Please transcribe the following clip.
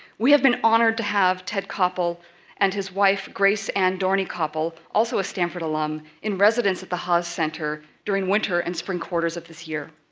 we have been honored to have ted koppel and his wife, grace anne dorney koppel also a stanford alum in residence at the haas center during winter and spring quarters of this year.